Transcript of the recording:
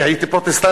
כי הייתי פרוטסטנטי.